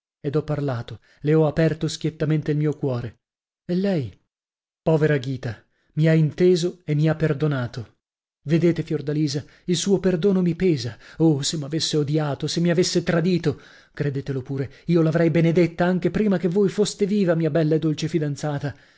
ed ho parlato le ho aperto schiettamente il mio cuore e lei povera ghita mi ha inteso e mi ha perdonato vedete fiordalisa il suo perdono mi pesa oh se m'avesse odiato se mi avesse tradito credetelo pure io l'avrei benedetta anche prima che voi foste viva mia bella e dolce fidanzata